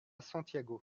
santiago